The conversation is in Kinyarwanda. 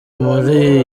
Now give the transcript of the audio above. muri